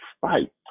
fight